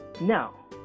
Now